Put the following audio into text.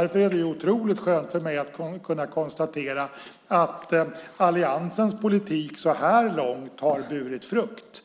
Därför är det otroligt skönt för mig att kunna konstatera att alliansens politik så här långt har burit frukt.